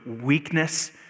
weakness